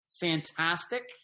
Fantastic